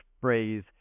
phrase